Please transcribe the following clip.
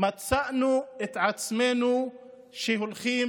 מצאנו את עצמנו הולכים